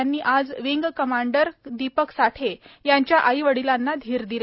नितीन राऊत यांनी आज wing commander Deepak Sathe यांच्या आई वडिलांना धीर दिला